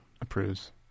approves